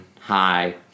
hi